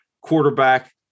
quarterback